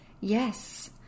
Yes